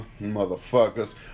motherfuckers